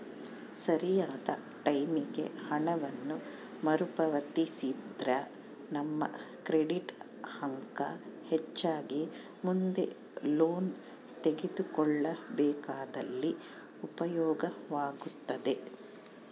ಸರಿಯಾದ ಟೈಮಿಗೆ ಹಣವನ್ನು ಮರುಪಾವತಿಸಿದ್ರ ನಮ್ಮ ಕ್ರೆಡಿಟ್ ಅಂಕ ಹೆಚ್ಚಾಗಿ ಮುಂದೆ ಲೋನ್ ತೆಗೆದುಕೊಳ್ಳಬೇಕಾದಲ್ಲಿ ಉಪಯೋಗವಾಗುತ್ತದೆ